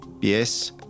Yes